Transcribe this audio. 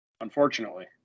unfortunately